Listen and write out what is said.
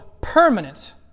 permanent